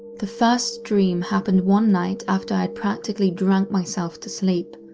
the first dream happened one night after i had practically drank myself to sleep.